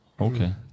Okay